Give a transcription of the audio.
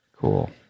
Cool